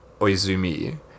oizumi